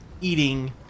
eating